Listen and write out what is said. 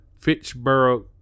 Fitchburg